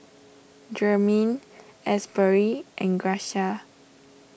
Jermaine Asbury and Gracia